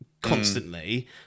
constantly